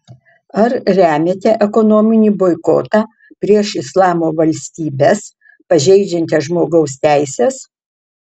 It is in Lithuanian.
ar remiate ekonominį boikotą prieš islamo valstybes pažeidžiančias žmogaus teises